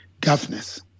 governance